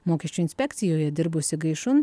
mokesčių inspekcijoje dirbusi gaišun